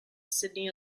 sydney